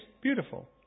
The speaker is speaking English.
Beautiful